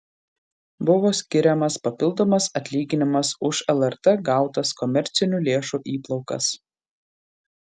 buvo skiriamas papildomas atlyginimas už lrt gautas komercinių lėšų įplaukas